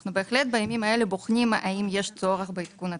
אנחנו בהחלט בימים האלה בוחנים האם יש צורך בעדכון התחזית.